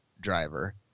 driver